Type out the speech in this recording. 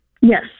Yes